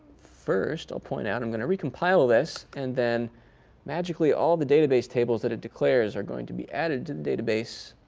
first, i'll point out i'm going to recompile this. and then magically, all the database tables that it declares are going to be added to the database.